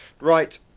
Right